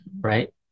right